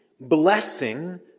blessing